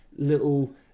Little